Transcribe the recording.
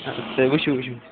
اَ تُہۍ وٕچھِو وٕچھِو